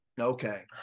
Okay